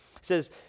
says